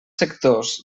sectors